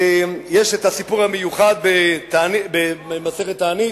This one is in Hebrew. יש סיפור מיוחד במסכת תענית,